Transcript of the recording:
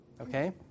Okay